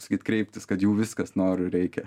sakyt kreiptis kad jau viskas noriu reikia